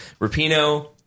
Rapino